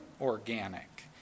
organic